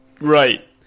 Right